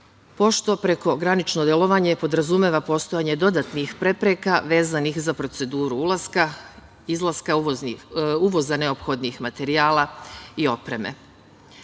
pošto prekogranično delovanje podrazumeva postojanje dodatnih prepreka vezanih za proceduru ulaska, izlaska, uvoza neophodnih materijala i